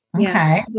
Okay